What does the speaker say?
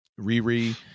Riri